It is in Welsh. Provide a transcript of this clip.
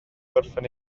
gorffen